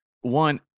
one